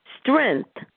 strength